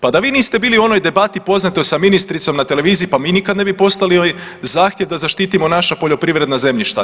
Pa da vi niste bili u onoj debati poznatoj sa ministricom na televiziji mi nikada ne bi postavili zahtjev da zaštitimo naša poljoprivredna zemljišta.